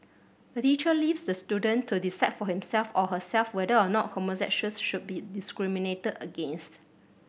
the teacher leaves the student to decide for himself or herself whether or not homosexuals should be discriminated against